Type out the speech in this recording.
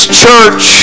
church